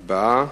הצבעה.